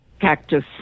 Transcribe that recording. cactus